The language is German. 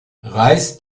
reiß